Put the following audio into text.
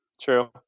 true